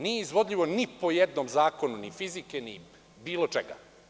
Nije izvodljivo ni po jednom zakonu, ni fizike, ni bilo čega.